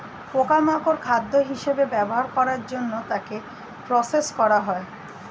পোকা মাকড় খাদ্য হিসেবে ব্যবহার করার জন্য তাকে প্রসেস করা হয়